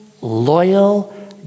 loyal